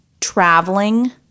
traveling